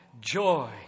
joy